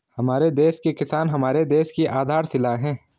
हमारे देश के किसान हमारे देश की आधारशिला है